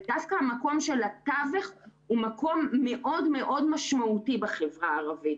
דווקא המקום של התווך הוא מקום מאוד מאוד משמעותי בחברה הערבית.